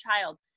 child